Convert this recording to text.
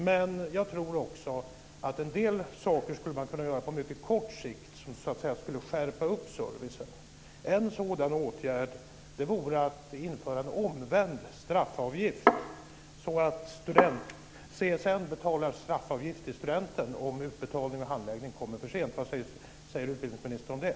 Men jag tror också att man skulle kunna göra en del saker på mycket kort sikt för att så att säga skärpa servicen. En sådan åtgärd vore att införa en omvänd straffavgift, så att CSN betalar straffavgift till studenten om utbetalning och handläggning sker för sent. Vad säger utbildningsministern om det?